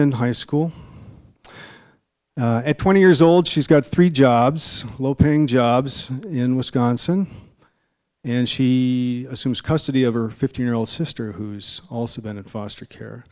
in high school at twenty years old she's got three jobs low paying jobs in wisconsin and she assumes custody of her fifteen year old sister who's also been in foster care